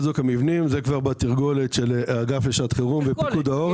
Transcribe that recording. זה כבר בתרגולת של האגף לשעת חירום ופיקוד העורף.